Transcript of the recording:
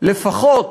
לפחות